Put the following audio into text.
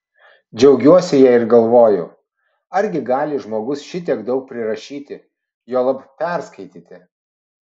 džiaugiuosi ja ir galvoju argi gali žmogus šitiek daug prirašyti juolab perskaityti